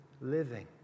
living